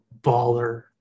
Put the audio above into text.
baller